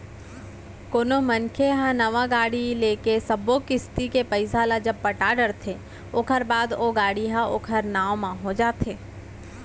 कोनो मनसे ह नवा गाड़ी के ले सब्बो किस्ती के पइसा ल जब पटा डरथे ओखर बाद ओ गाड़ी ह ओखर नांव म हो जाथे